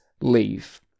leave